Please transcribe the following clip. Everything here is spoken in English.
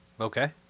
Okay